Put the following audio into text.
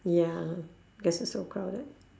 ya because it's so crowded